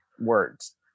words